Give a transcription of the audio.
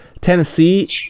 Tennessee